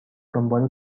دنبال